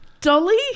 Dolly